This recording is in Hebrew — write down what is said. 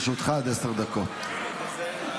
לרשותך